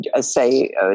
say